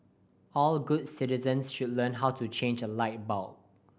all good citizens should learn how to change a light bulb